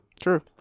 true